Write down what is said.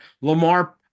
Lamar